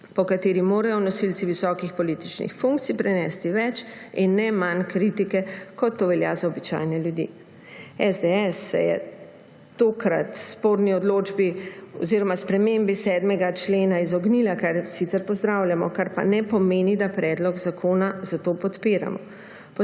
po kateri morajo nosilci visokih političnih funkcij prenesti več in ne manj kritike, kot to velja za običajne ljudi. SDS se je tokrat sporni odločbi oziroma spremembi 7. člena izognila, kar sicer pozdravljamo, kar pa ne pomeni, da predlog zakona zato podpiramo.